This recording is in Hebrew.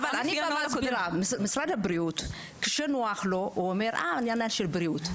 כשנוח למשרד הבריאות הוא אומר: --- של בריאות.